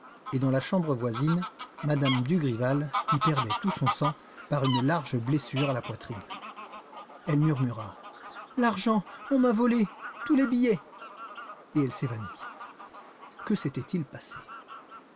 et dans la chambre voisine m me dugrival qui perdait tout son sang par une large blessure à la poitrine elle murmura l'argent on m'a volée tous les billets et elle s'évanouit que s'était-il passé